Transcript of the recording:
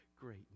great